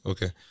Okay